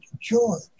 George